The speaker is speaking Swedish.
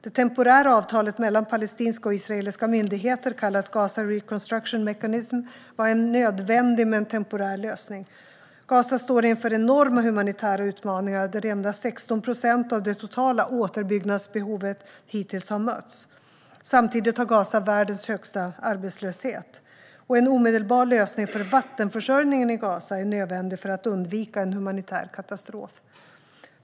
Det temporära avtalet mellan palestinska och israeliska myndigheter, kallat Gaza Reconstruction Mechanism, GRM, var en nödvändig men temporär lösning. Gaza står inför enorma humanitära utmaningar, där endast 16 procent av det totala återuppbyggnadsbehovet hittills har mötts. Samtidigt har Gaza världens högsta arbetslöshet. En omedelbar lösning för vattenförsörjningen i Gaza är nödvändig för att undvika en humanitär katastrof.